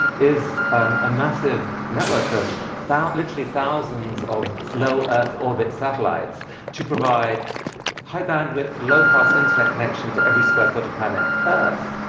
is a massive network of literally thousands of low earth orbit satellites to provide high-bandwidth, low-cost internet connection to every square foot of planet earth.